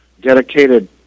dedicated